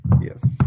Yes